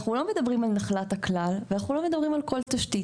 אנחנו לא מדברים על נחת הכלל ולא מדברים על כל תשתית,